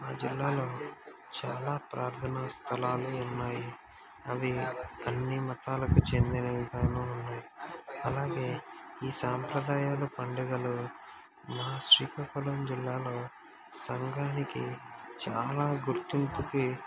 మా జిల్లాలో చాలా ప్రార్థన స్థలాలు ఉన్నాయి అవి అన్ని మతాలకు చెందినవి ఉన్నాయి అలాగే ఈ సాంప్రదాయాలు పండుగలు మా శ్రీకాకుళం జిల్లాలో సంఘానికి చాలా గుర్తింపుకి